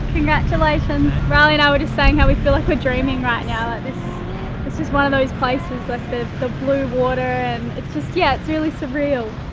congratulations. riley and i were just saying how we feel like we're dreaming right now. ah this it's just one of those places, like the blue water, and it's just, yeah, it's really surreal.